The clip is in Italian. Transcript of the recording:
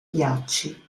ghiacci